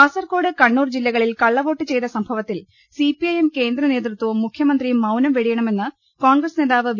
കാസർകോഡ് കണ്ണൂർ ജില്ലകളിൽ കള്ളവോട്ട് ചെയ്ത സംഭ വത്തിൽ സിപിഐഎം കേന്ദ്ര നേതൃത്വവും മുഖ്യമന്ത്രിയും മൌനം വെടിയണമെന്ന് കോൺഗ്രസ് നേതാവ് വി